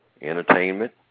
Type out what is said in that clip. entertainment